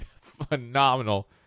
phenomenal